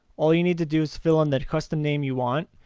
all you need to do fill in the custom name you want.